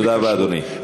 תודה רבה, אדוני.